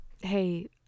Hey